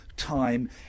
time